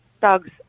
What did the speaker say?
dogs